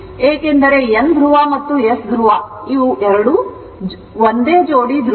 ಏಕೆಂದರೆ N ಧ್ರುವ ಮತ್ತು S ಧ್ರುವ ಇವು ಒಂದೇ ಜೋಡಿ ಧ್ರುವಗಳು